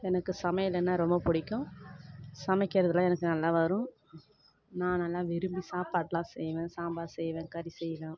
எனக்கு சமையலுன்னா ரொம்ப பிடிக்கும் சமைக்கிறதெல்லாம் எனக்கு நல்லா வரும் நான் நல்லா விரும்பி சாப்பாடுலாம் செய்வேன் சாம்பார் செய்வேன் கறி செய்வேன்